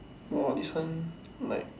!wah! this one like